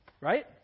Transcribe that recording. Right